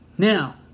Now